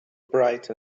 bright